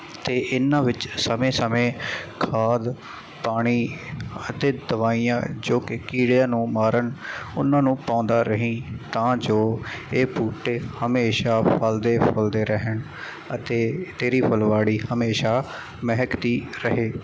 ਅਤੇ ਇਹਨਾਂ ਵਿੱਚ ਸਮੇਂ ਸਮੇਂ ਖਾਦ ਪਾਣੀ ਅਤੇ ਦਵਾਈਆਂ ਜੋ ਕਿ ਕੀੜਿਆਂ ਨੂੰ ਮਾਰਨ ਉਹਨਾਂ ਨੂੰ ਪਾਉਂਦਾ ਰਹੀ ਤਾਂ ਜੋ ਇਹ ਬੂਟੇ ਹਮੇਸ਼ਾ ਫਲਦੇ ਫੁਲਦੇ ਰਹਿਣ ਅਤੇ ਤੇਰੀ ਫੁਲਵਾੜੀ ਹਮੇਸ਼ਾ ਮਹਿਕਦੀ ਰਹੇ